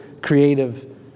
creative